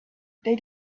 they